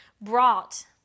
brought